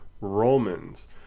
Romans